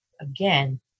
Again